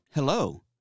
Hello